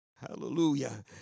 Hallelujah